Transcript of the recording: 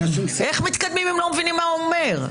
איך מתקדמים אם לא מבינים מה הוא אומר?